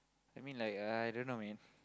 I mean like uh I don't know man